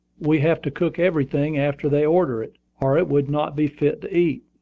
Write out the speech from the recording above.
we have to cook everything after they order it, or it would not be fit to eat.